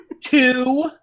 two